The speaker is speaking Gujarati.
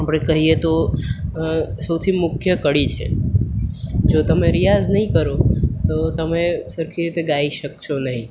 આપણે કહીએ તો સૌથી મુખ્ય કડી છે જો તમે રિયાઝ નહીં કરો તો તમે સરખી રીતે ગાઈ શકશો નહી